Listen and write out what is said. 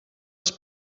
els